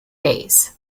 days